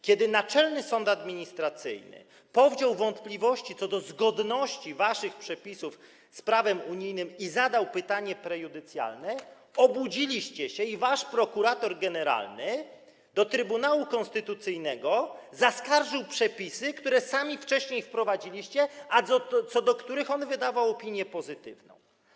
Kiedy Naczelny Sąd Administracyjny powziął wątpliwości co do zgodności waszych przepisów z prawem unijnym i zadał pytanie prejudycjalne, obudziliście się i wasz prokurator generalny zaskarżył do Trybunału Konstytucyjnego przepisy, które sami wcześniej wprowadziliście, a co do których on wydał opinię pozytywną.